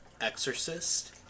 exorcist